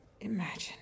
Imagine